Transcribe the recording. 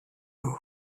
haut